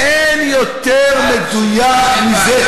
אין יותר מדויק מזה,